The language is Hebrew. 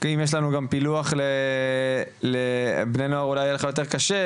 אם יש לנו גם פילוח לבני נוער אולי יהיה לך קצת יותר קשה,